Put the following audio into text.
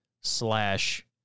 slash